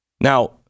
Now